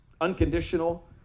unconditional